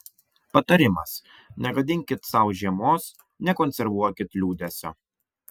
patarimas negadinkit sau žiemos nekonservuokit liūdesio